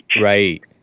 Right